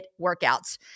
workouts